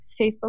facebook